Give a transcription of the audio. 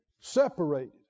Separated